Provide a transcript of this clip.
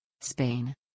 Spain